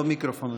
היושב-ראש,